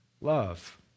Love